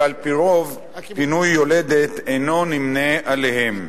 שעל-פי רוב פינוי יולדת אינו נמנה עמם.